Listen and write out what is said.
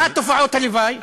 מה תופעות הלוואי?